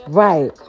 right